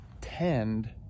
tend